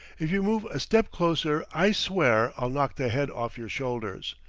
if you move a step closer i swear i'll knock the head off your shoulders!